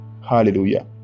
hallelujah